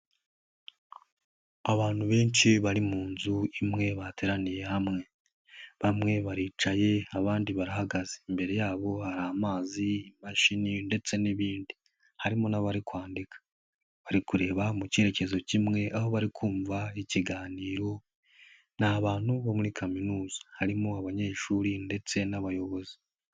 Abantu benshi bari mu nzu imwe, bateraniye hamwe. Bamwe baricaye abandi barahagaze. Imbere yabo hari amazi, imashini ndetse n'ibindi. Harimo n'abari kwandika. Bari kureba mu cyerekezo kimwe, aho bari kumva ikiganiro, ni abantu bo muri kaminuza, harimo abanyeshuri ndetse n'abayobozi.